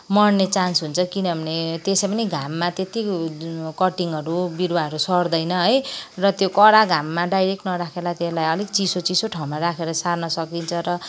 मर्ने चान्स हुन्छ किनभने त्यसै पनि घाममा त्यत्ति कटिङहरू बिरवाहरू सर्दैन है र त्यो कडा घाममा डाइरेक्ट नराखेर त्यसलाई अलि चिसो चिसो ठाउँमा राखेर सार्न सकिन्छ र